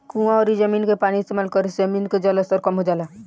कुवां अउरी जमीन के पानी इस्तेमाल करे से जमीन के जलस्तर कम हो जाला